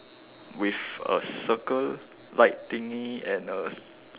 with a circle like thingy and a